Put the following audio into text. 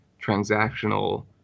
transactional